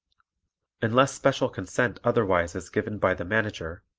unless special consent otherwise is given by the manager,